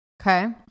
Okay